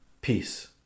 Peace